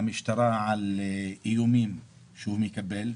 למשטרה על איומים שהוא מקבל.